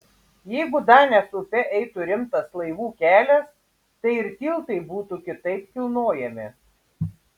jeigu danės upe eitų rimtas laivų kelias tai ir tiltai būtų kitaip kilnojami